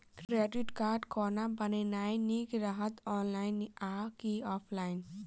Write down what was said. Credit card कोना बनेनाय नीक रहत? ऑनलाइन आ की ऑफलाइन?